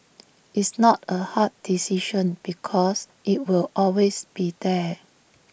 it's not A hard decision because it'll always be there